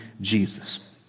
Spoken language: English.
Jesus